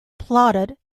plotted